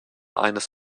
eines